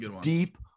deep